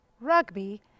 rugby